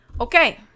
okay